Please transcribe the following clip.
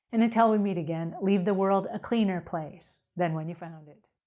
and until we meet again, leave the world a cleaner place than when you found it.